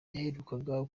yaherukaga